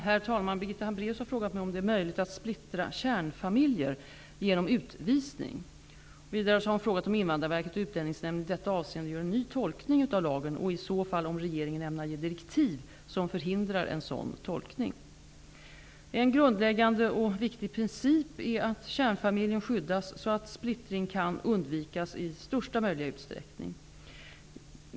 Herr talman! Birgitta Hambraeus har frågat mig om det är möjligt att splittra kärnfamiljer genom utvisning. Vidare har hon frågat om Invandrarverket och Utlänningsnämnden i detta avseende gör en ny tolkning av lagen, och i så fall om regeringen ämnar ge direktiv som förhindrar en sådan tolkning. En grundläggande och viktig princip är att kärnfamiljen skyddas så att splittring kan undvikas i största möjliga utsträckning.